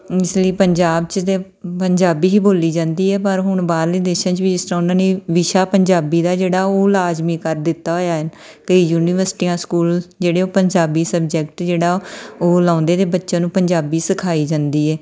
ਇਸ ਲਈ ਪੰਜਾਬ 'ਚ ਤਾਂ ਪੰਜਾਬੀ ਹੀ ਬੋਲੀ ਜਾਂਦੀ ਹੈ ਪਰ ਹੁਣ ਬਾਹਰਲੇ ਦੇਸ਼ਾਂ 'ਚ ਵੀ ਜਿਸ ਤਰ੍ਹਾਂ ਉਹਨਾਂ ਨੇ ਵਿਸ਼ਾ ਪੰਜਾਬੀ ਦਾ ਜਿਹੜਾ ਉਹ ਲਾਜ਼ਮੀ ਕਰ ਦਿੱਤਾ ਹੋਇਆ ਹੈ ਕਈ ਯੂਨੀਵਰਸਿਟੀਆਂ ਸਕੂਲ ਜਿਹੜੇ ਉਹ ਪੰਜਾਬੀ ਸਬਜੈਕਟ ਜਿਹੜਾ ਉਹ ਲਾਉਂਦੇ ਅਤੇ ਬੱਚਿਆਂ ਨੂੰ ਪੰਜਾਬੀ ਸਿਖਾਈ ਜਾਂਦੀ ਹੈ